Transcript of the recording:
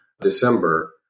December